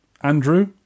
Andrew